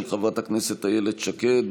של חברת הכנסת איילת שקד,